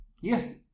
yes